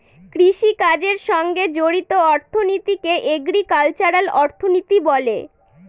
কৃষিকাজের সঙ্গে জড়িত অর্থনীতিকে এগ্রিকালচারাল অর্থনীতি বলে